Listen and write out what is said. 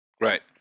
Right